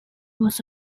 was